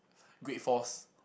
great force